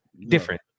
different